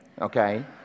okay